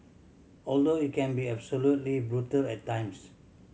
although it can be absolutely brutal at times